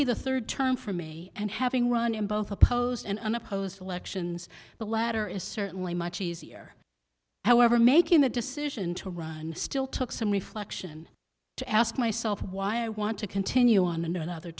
be the third term for me and having run in both the post and unopposed elections the latter is certainly much easier however making the decision to run still took some reflection to ask myself why i want to continue on and another